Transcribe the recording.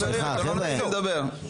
חברים, אתם לא נותנים לי לדבר.